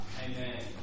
Amen